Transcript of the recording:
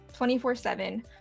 24/7